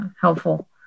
helpful